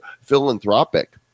philanthropic